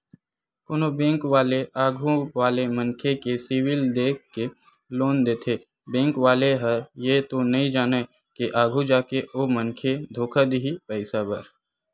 कोनो बेंक वाले आघू वाले मनखे के सिविल देख के लोन देथे बेंक वाले ह ये तो नइ जानय के आघु जाके ओ मनखे धोखा दिही पइसा बर